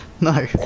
No